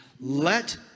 Let